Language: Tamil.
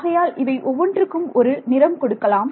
ஆகையால் இவை ஒவ்வொன்றுக்கும் ஒரு நிறம் கொடுக்கலாம்